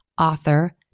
author